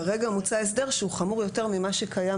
כרגע מוצע הסדר שהוא חמור יותר ממה שקיים